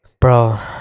Bro